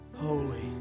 Holy